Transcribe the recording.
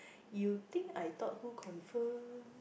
you think I thought who confirm